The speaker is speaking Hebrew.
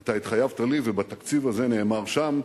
אתה התחייבת לי ובתקציב הזה נאמר שם.